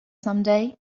someday